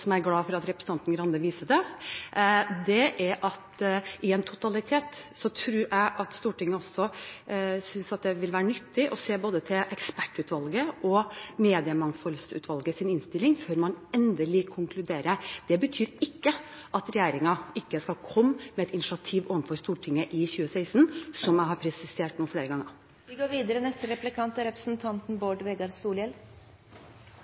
som jeg er glad for at representanten Grande viser til – var at i en totalitet tror jeg at Stortinget også synes det ville være nyttig å se både til ekspertutvalgets og Mediemangfoldsutvalgets rapport før man endelig konkluderer. Det betyr ikke at regjeringen ikke skal komme med et initiativ overfor Stortinget i 2016 – som jeg nå har presisert flere ganger.